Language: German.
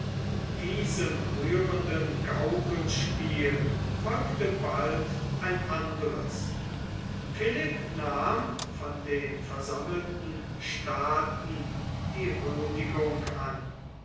diesem rührenden gaukelspiel folgte bald ein anderes philipp nahm von den versammelten staaten die huldigung an